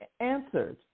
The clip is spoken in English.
answered